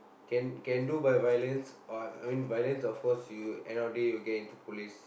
can can do by violence I mean violence of course you end of the day you will get into police